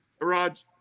Raj